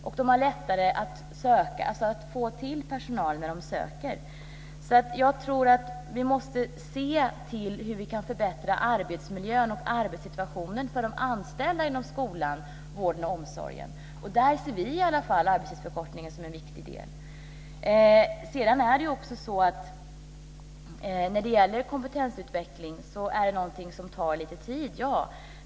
Man har också lättare att få personal när man söker personal. Jag tror att vi måste se till hur vi kan förbättra arbetsmiljön och arbetssituationen för de anställda inom skolan, vården och omsorgen. Där ser åtminstone vi arbetstidsförkortningen som en viktig del. Sedan är naturligtvis kompetensutveckling någonting som tar lite tid.